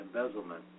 embezzlement